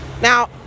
Now